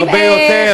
הרבה יותר.